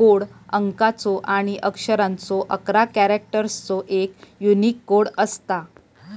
code अंकाचो आणि अक्षरांचो अकरा कॅरेक्टर्सचो एक यूनिक कोड असता